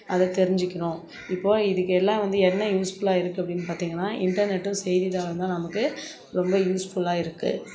அதை தெரிஞ்சுக்கறோம் இப்போது இதுக்கு எல்லாம் வந்து என்ன யூஸ்ஃபுல்லாக இருக்குது அப்படின்னு பார்த்திங்கன்னா இன்டர்நெட்டும் செய்தித்தாளும்தான் நமக்கு ரொம்ப யூஸ்ஃபுல்லாக இருக்குது